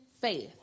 faith